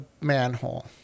manhole